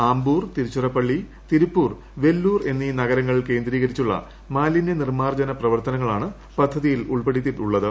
ആമ്പൂർ തിരിച്ചിറപ്പള്ളി തിരുപ്പൂർ ഖ്ലെല്ലൂർ എന്നീ നഗരങ്ങൾ കേന്ദ്രീകരിച്ചുള്ള മാലിന്യ നിർമ്മാർജ്ജന പ്രവർത്തുനങ്ങളാണ് പദ്ധതിയിൽ ഉൾപ്പെടുത്തിയിട്ടുള്ളത്